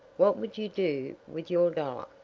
what would you do with your dollar?